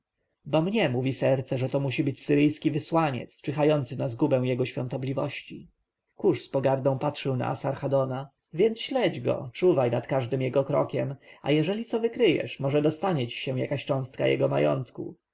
mnie mówi serce że to musi być asyryjski wysłaniec czyhający na zgubę jego świątobliwości kusz z pogardą patrzył na asarhadona więc śledź go czuwaj nad każdym jego krokiem a jeżeli co wykryjesz może dostanie ci się jaka cząstka jego majątku